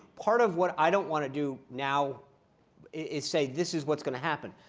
part of what i don't want to do now is say, this is what's going to happen.